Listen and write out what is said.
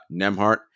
Nemhart